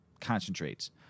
concentrates